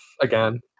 again